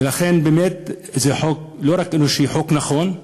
ולכן, באמת זה חוק לא רק אנושי, חוק נכון,